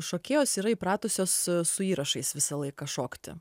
šokėjos yra įpratusios su įrašais visą laiką šokti